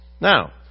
Now